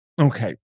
okay